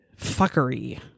fuckery